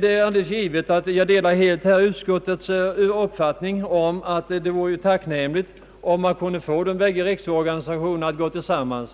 Det är givet att jag helt delar utskottets uppfattning att det vore tacknämligt om man kunde få de bägge riksorganisationerna att gå samman.